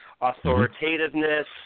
authoritativeness